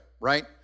right